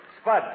Spud